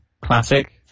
Classic